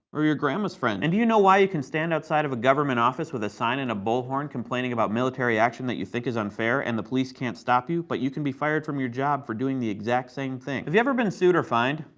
or your grandma's friend? and do you know why you can stand outside a government office with a sign and a bullhorn complaining about military action that you think is unfair and the police can't stop you, but you can be fired from your job for doing the exact same thing? have you ever been sued? or fined?